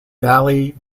valle